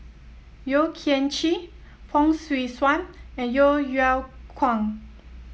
Yeo Kian Chye Fong Swee Suan and Yeo Yeow Kwang